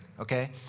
okay